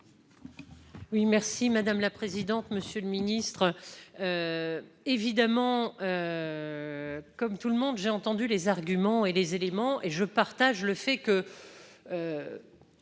Oui merci madame la présidente, monsieur le ministre évidemment. Comme tout le monde, j'ai entendu les arguments et les éléments et je partage le fait que